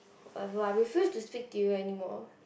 whatever I refuse to speak to you anymore